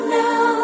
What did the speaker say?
now